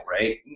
right